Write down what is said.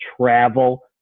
travel